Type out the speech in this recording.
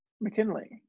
McKinley